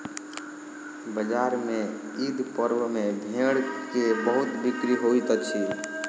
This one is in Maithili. बजार में ईद पर्व में भेड़ के बहुत बिक्री होइत अछि